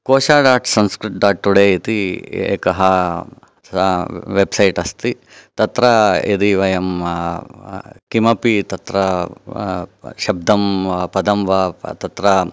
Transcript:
कोशा dot Sanskrit dot today इति एकः web site अस्ति तत्र यदि वयं किमपि तत्र शब्दं वा पदं वा तत्र